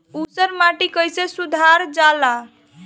ऊसर माटी कईसे सुधार जाला?